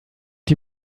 die